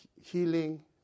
healing